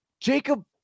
Jacob